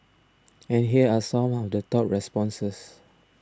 and here are some of the top responses